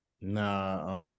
nah